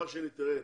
נגוסה,